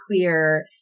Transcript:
clear